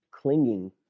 clinging